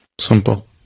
simple